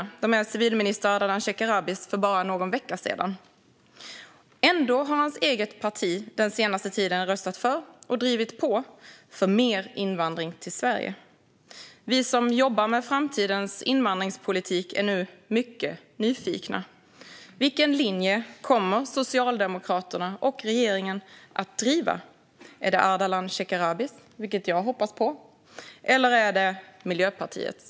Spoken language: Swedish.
De uttalades av civilminister Ardalan Shekarabi för bara någon vecka sedan. Ändå har hans eget parti den senaste tiden röstat för och drivit på för mer invandring till Sverige. Vi som jobbar med framtidens invandringspolitik är nu mycket nyfikna. Vilken linje kommer Socialdemokraterna och regeringen att driva? Är det Ardalan Shekarabis, vilket jag hoppas på, eller är det Miljöpartiets?